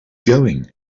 going